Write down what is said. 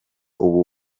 ubu